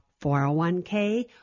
401k